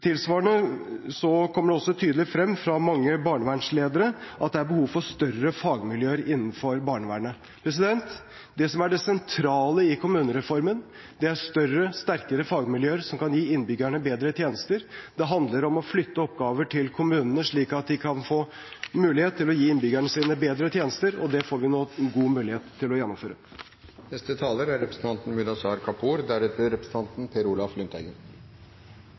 Tilsvarende kommer det også tydelig frem fra mange barnevernsledere at det er behov for større fagmiljøer innenfor barnevernet. Det som er det sentrale i kommunereformen, er større og sterkere fagmiljøer som kan gi innbyggerne bedre tjenester. Det handler om å flytte oppgaver til kommunene, slik at de kan få mulighet til å gi innbyggerne sine bedre tjenester, og det får vi nå god mulighet til å gjennomføre.